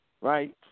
Right